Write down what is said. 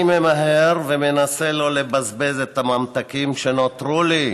אני ממהר ומנסה לא לבזבז את הממתקים שנותרו לי.